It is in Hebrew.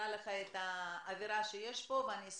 איך אנחנו מרגיעים אותם ונותנים להם תחושה שיש מי שדואג